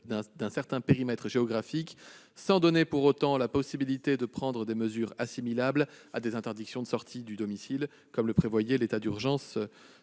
d'un certain périmètre géographique, sans donner pour autant la possibilité de prendre des mesures assimilables à des interdictions de sortie du domicile, comme le prévoyait l'état d'urgence